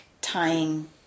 tying